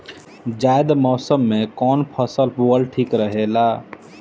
जायद मौसम में कउन फसल बोअल ठीक रहेला?